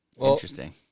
Interesting